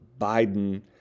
Biden